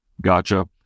Gotcha